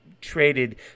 traded